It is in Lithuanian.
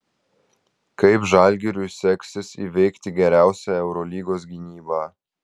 kaip žalgiriui seksis įveikti geriausią eurolygos gynybą